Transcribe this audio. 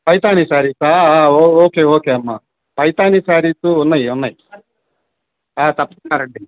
పైతానీ సారీసా oh okay okay అమ్మ పైతానీ సారీసు ఉన్నాయి ఉన్నాయి తప్పకుండా రండి